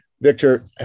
Victor